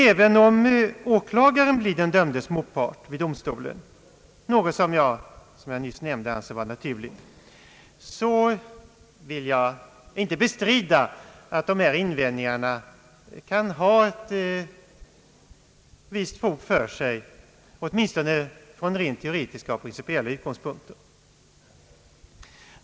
även om åklagaren blir den dömdes motpart vid domstolen, vilket jag, som jag nyss nämnde, anser vara naturligt, vill jag inte bestrida att dessa invändningar kan ha ett visst fog för sig, åtminstone från rent teoretiska och principiella — utgångspunkter.